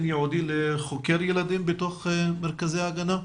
ייעודי לחוקר ילדים בתוך מרכזי ההגנה?